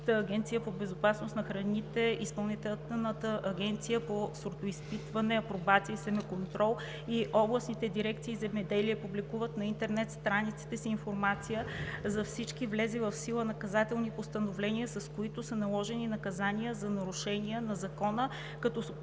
агенция по безопасност на храните, Изпълнителната агенция по сортоизпитване, апробация и семеконтрол и областните дирекции „Земеделие“ публикуват на интернет страниците си информация за всички влезли в сила наказателни постановления, с които са наложени наказания за нарушения на закона, като